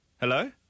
Hello